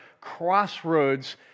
crossroads